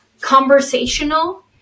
conversational